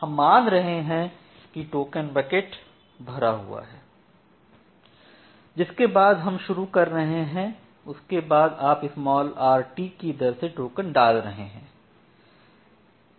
हम मान रहे हैं कि टोकन बकेट भरा हुआ है जिसके बाद हम शुरू कर रहे हैं उसके बाद आप rt की दर से टोकन डाल रहे हैं